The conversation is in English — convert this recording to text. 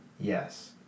yes